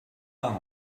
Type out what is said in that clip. par